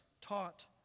taught